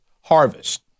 harvest